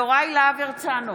בעד יוראי להב הרצנו,